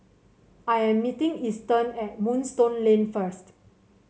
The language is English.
I am meeting Easton at Moonstone Lane first